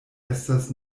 estas